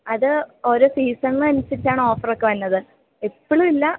അത് ഒരോ സീസണിൽ അനുസരിച്ചാണ് ഓഫറൊക്കെ വരുന്നത് എപ്പോഴുമില്ല